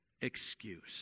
excuse